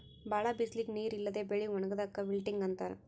ಭಾಳ್ ಬಿಸಲಿಗ್ ನೀರ್ ಇಲ್ಲದೆ ಬೆಳಿ ಒಣಗದಾಕ್ ವಿಲ್ಟಿಂಗ್ ಅಂತಾರ್